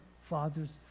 father's